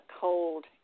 cold